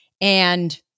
And-